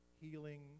healing